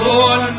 Lord